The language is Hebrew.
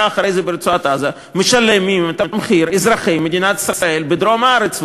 אחרי זה ברצועת-עזה משלמים את המחיר אזרחי מדינת ישראל בדרום הארץ.